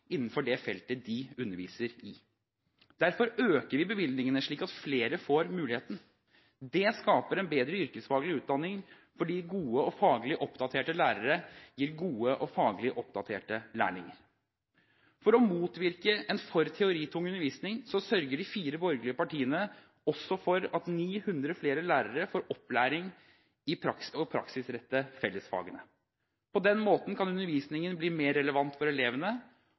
innenfor det feltet de underviser i. Derfor øker vi bevilgningene slik at flere får muligheten. Det skaper en bedre yrkesfaglig utdanning, fordi gode og faglig oppdaterte lærere gir gode og faglig oppdaterte lærlinger. For å motvirke en for teoritung undervisning sørger de fire borgerlige partiene også for at 900 flere lærere får opplæring i å praksisrette fellesfagene. På den måten kan undervisningen bli mer relevant for elevene,